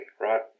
right